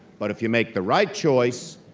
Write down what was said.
but if you make the right choice,